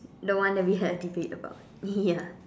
the one that we had a debate about ya